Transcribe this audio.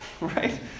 right